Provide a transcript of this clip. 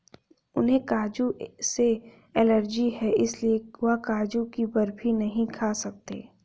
उन्हें काजू से एलर्जी है इसलिए वह काजू की बर्फी नहीं खा सकते